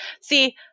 see